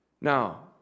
Now